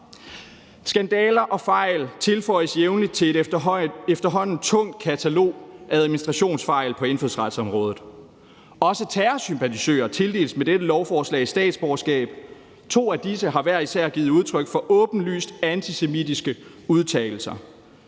Skandaler og fejl tilføjes jævnligt til et efterhånden tungt katalog af administrationsfejl på indfødsretsområdet. Også terrorsympatisører tildeles med dette lovforslag statsborgerskab. To af disse er hver især kommet med åbenlyst antisemitiske udtalelser.